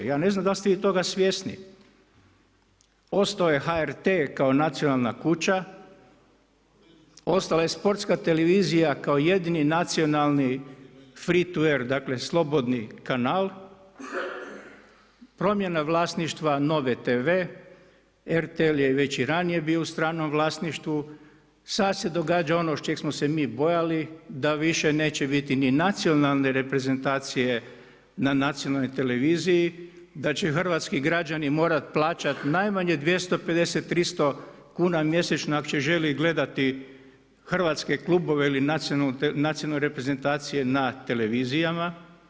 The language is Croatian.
Ja ne znam da li ste vi toga svjesni, ostao je HRT kao nacionalna kuća, ostala je Sportska televizija kao jedini nacionalni free … dakle slobodni kanal, promjena vlasništva Nove TV, RTL je već i ranije bio u stranom vlasništvu, sada se događa ono čega smo se mi bojali da više neće biti ni nacionalne reprezentacije na nacionalnoj televiziji, da će hrvatski građani morati plaćati najmanje 250, 300 kuna mjesečno ako će željeli gledati hrvatske klubove ili nacionalne reprezentacije na televizijama.